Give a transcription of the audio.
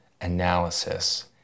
analysis